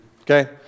Okay